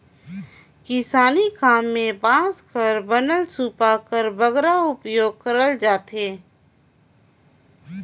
किसानी काम मे बांस कर बनल सूपा कर बगरा उपियोग करल जाथे